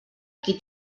qui